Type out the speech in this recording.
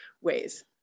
ways